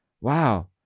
Wow